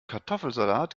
kartoffelsalat